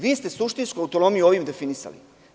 Vi ste suštinsku autonomiju ovim definisali.